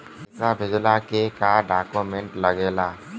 पैसा भेजला के का डॉक्यूमेंट लागेला?